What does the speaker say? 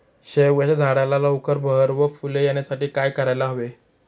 शेवग्याच्या झाडाला लवकर बहर व फूले येण्यासाठी काय करायला हवे?